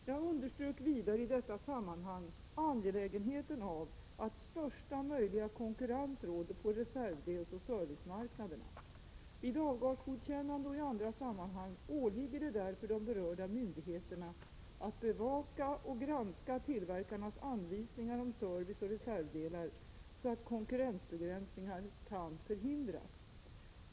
Jag underströk vidare i detta sammanhang angelägenheten av att största möjliga konkurrens råder på reservdelsoch servicemarknaderna. Vid avgasgodkännande och i andra sammanhang åligger det därför de berörda myndigheterna att bevaka och granska tillverkarnas anvisningar om service och reservdelar så att konkurrensbegränsningar kan förhindras.